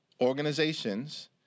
organizations